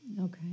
Okay